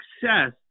success